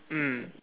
mm